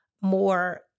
more